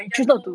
just so